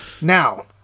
Now